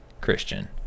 Christian